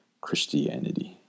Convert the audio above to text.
Christianity